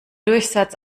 durchsatz